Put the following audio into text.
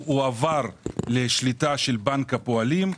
הוא עבר לשליטה של בנק הפועלים.